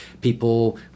People